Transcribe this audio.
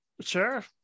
sure